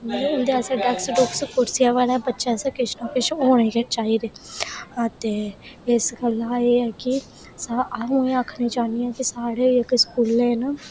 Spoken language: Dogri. नेईं उं'दे आस्तै कुर्सियां किश डेस्क बगैरा किश होने गै चाहिदे न ते इस गल्ला एह् ऐ की अं'ऊ इं'या आखना चाहन्नी आं कि सरकारी जेह्के स्कूल न